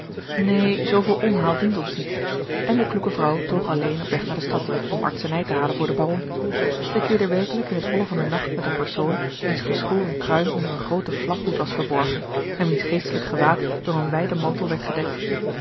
neen zooveel omhaal dient ons niet en de kloeke vrouw toog alleen op weg naar de stad om artsenij te halen voor den baron zij keerde werkelijk in t holle van den nacht met een persoon wiens geschoren kruin onder een grooten flaphoed was verborgen en wiens geestelijk gewaad door een wijden mantel werd bedekt